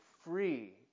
free